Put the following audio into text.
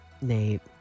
Nate